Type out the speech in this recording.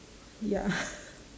ya